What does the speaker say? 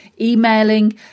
Emailing